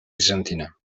bizantina